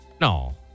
No